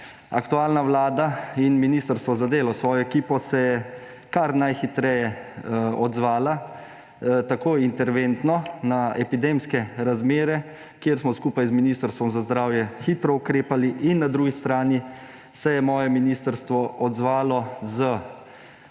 Aktualna vlada in ministrstvo za delo s svojo ekipo sta se kar najhitreje odzvala, tako interventno, na epidemske razmere, kjer smo skupaj z Ministrstvom za zdravje hitro ukrepali. In na drugi strani se je moje ministrstvo odzvalo s